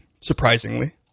surprisingly